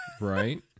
Right